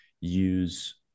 use